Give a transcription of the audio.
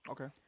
Okay